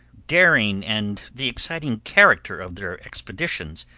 daring, and the exciting character of their expeditions,